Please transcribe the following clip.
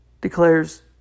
declares